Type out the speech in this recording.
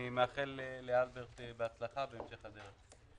אני מאחל לאלברט הצלחה בהמשך הדרך.